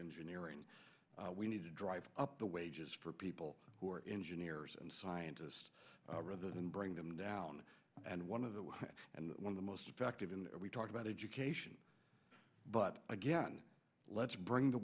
engineering we need to drive up the wages for people who are engine ears and scientists rather than bring them down and one of the one and one of the most effective in we talk about education but again let's bring the